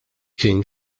king